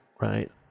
Right